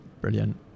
brilliant